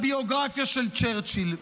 הביוגרפיה של צ'רצ'יל.